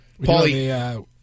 Paulie